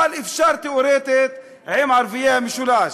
אבל אפשר, תיאורטית, עם ערביי המשולש.